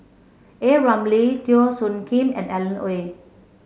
A Ramli Teo Soon Kim and Alan Oei